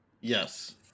Yes